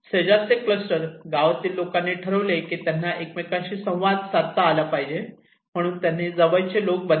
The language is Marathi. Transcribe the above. शेजारचे क्लस्टर गावातील लोकांनी ठरविले की त्यांनी एकमेकांशी संवाद साधला पाहिजे म्हणून त्यांनी जवळचे लोक बनविले